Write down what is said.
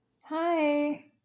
Hi